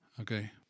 Okay